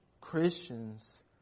Christians